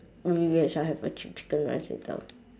maybe w~ I'll have a chi~ chicken rice later